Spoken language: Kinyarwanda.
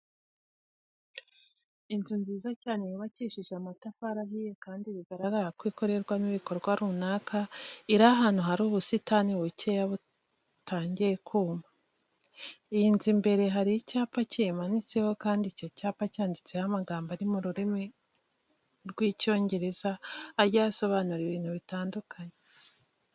Inzu nziza cyane yubakishije amatafari ahiye kandi bigaragara ko ikorerwamo ibikorwa runaka, iri ahantu hari ubusitani bukeya butangye kuma. Iyi nzu imbere hari icyapa kiyimanitseho kandi icyo cyapa cyanditseho amagambo ari mu rurimi rw'Icyongereza agiye asobanura ibintu bitandukanye.